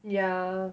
yeah